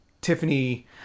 Tiffany